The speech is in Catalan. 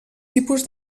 tipus